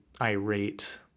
irate